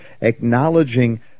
acknowledging –